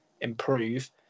improve